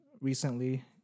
recently